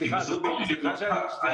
סליחה שאני